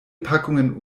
packungen